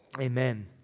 amen